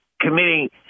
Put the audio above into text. committing